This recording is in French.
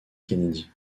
kennedy